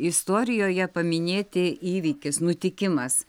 istorijoje paminėti įvykis nutikimas